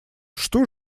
что